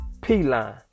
P-Line